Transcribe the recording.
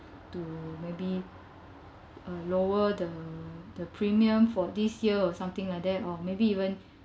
to maybe uh lower the the premium for this year or something like that or maybe even